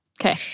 Okay